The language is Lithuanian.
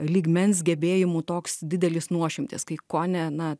lygmens gebėjimų toks didelis nuošimtis kai kone na